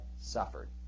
suffered